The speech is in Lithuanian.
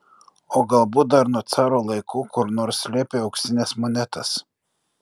o galbūt dar nuo caro laikų kur nors slėpė auksines monetas